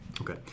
Okay